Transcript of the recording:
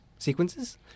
sequences